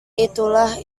itulah